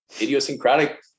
idiosyncratic